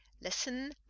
Listen